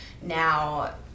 now